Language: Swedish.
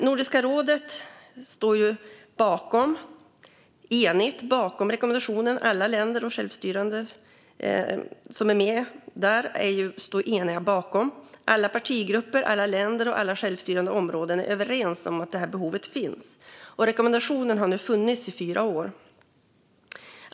Nordiska rådet står enigt bakom rekommendationen. Alla länder och självstyrande områden som är med står eniga bakom den, och alla partigrupper, alla partigrupper, alla länder och alla självstyrande områden är överens om att det här behovet finns. Rekommendationen har nu funnits i fyra år.